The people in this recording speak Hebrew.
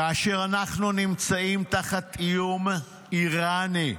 כאשר אנחנו נמצאים תחת איום איראני?